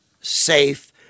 safe